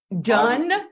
Done